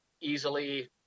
easily